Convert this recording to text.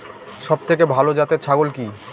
সবথেকে ভালো জাতের ছাগল কি?